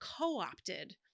co-opted